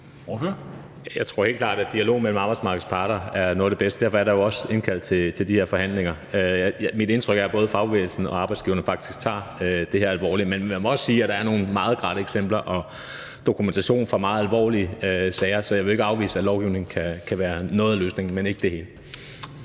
Jeg tror helt klart, at en dialog mellem arbejdsmarkedets parter er noget af det bedste. Derfor er der jo også indkaldt til de her forhandlinger. Mit indtryk er, at både fagbevægelsen og arbejdsgiverne faktisk tager det her alvorligt. Men man må også sige, at der er nogle meget grelle eksempler og dokumentation for meget alvorlige sager, så jeg vil jo ikke afvise, at lovgivning kan være noget af løsningen, men ikke det hele.